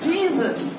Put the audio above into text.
Jesus